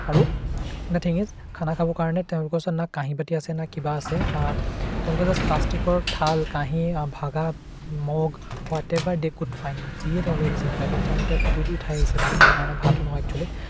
আৰু nothing is খানা খাবৰ কাৰণে তেওঁলোকৰ ওচৰত না কাঁহী বাতি আছে না কিবা আছে তেওঁলোকে জাষ্ট প্লাষ্টিকৰ থাল কাঁহী ভাগা মগ হোৱাত এভাৰ ডে কুড ফাইন যিয়ে তেওঁলোকে বিচাৰি নাপায় তো তেওঁলোকে সেইটোত উঠাই আনিছে ভাত খাবৰ কাৰণে ভাতটো নহয় একচুৱেলি